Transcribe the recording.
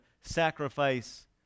sacrifice